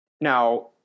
Now